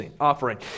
offering